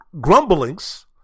grumblings